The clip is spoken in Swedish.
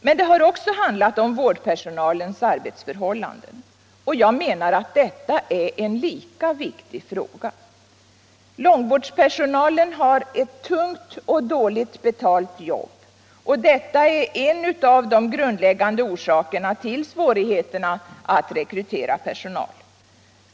Men det har också handlat om vårdpersonalens arbetsförhållanden. Och jag menar att detta är en lika viktig fråga. Långvårdspersonalen har ett tungt och dåligt betalt jobb, och detta är en av de grundläggande orsakerna till svårigheterna att rekrytera personal.